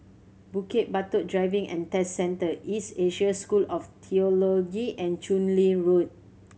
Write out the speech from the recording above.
Bukit Batok Driving and Test Centre East Asia School of Theology and Chu Lin Road